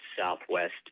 southwest